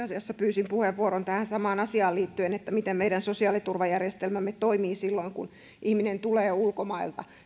asiassa pyysin puheenvuoron liittyen tähän samaan asiaan miten meidän sosiaaliturvajärjestelmämme toimii silloin kun ihminen tulee ulkomailta